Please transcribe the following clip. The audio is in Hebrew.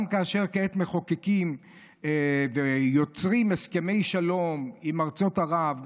גם כאשר מחוקקים ויוצרים הסכמי שלום עם ארצות ערב,